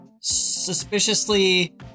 suspiciously